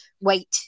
wait